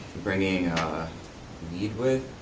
bringing weed with,